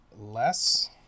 less